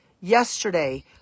yesterday